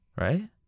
Right